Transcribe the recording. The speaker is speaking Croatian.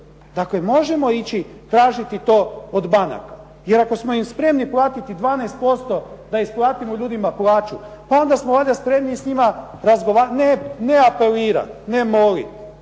Dakle, možemo ići tražiti to od banaka, jer ako smo im spremni platiti 12% da isplatimo ljudima plaću, pa onda smo valjda spremni s njima ne apelirati, ne moliti,